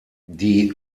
die